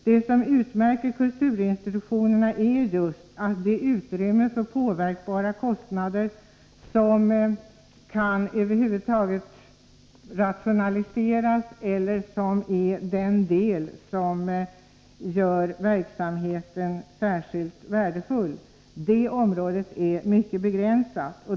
Det som utmärker kulturinstitutionerna är just att det utrymme för påverkbara kostnader som kan över huvud taget rationaliseras eller som är den del som gör verksamheten särskilt värdefull är mycket begränsat.